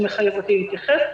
שמחייב אותי להתייחס,